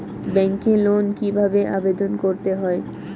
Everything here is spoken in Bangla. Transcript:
ব্যাংকে লোন কিভাবে আবেদন করতে হয়?